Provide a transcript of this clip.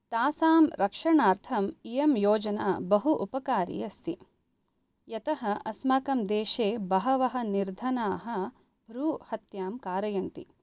तासां रक्षणार्थम् इयं योजना बहु उपकारी अस्ति यतः अस्माकं देशे बहवः निर्धनाः भ्रूहत्यां कारयन्ति